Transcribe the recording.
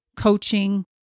coaching